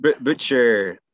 Butcher